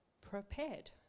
prepared